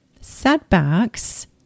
setbacks